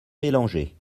mélanger